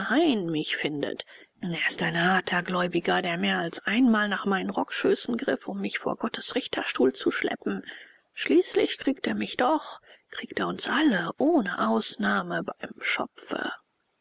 mich findet er ist ein harter gläubiger der mehr als einmal nach meinen rockschößen griff um mich vor gottes richterstuhl zu schleppen schließlich kriegt er mich doch kriegt er uns alle ohne ausnahme beim schopfe